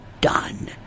Done